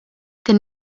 din